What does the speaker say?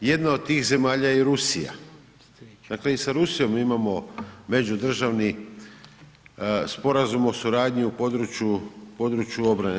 Jedna od tih zemalja je i Rusija, dakle, i sa Rusijom imamo međudržavni sporazum o suradnji u području obrane.